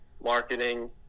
marketing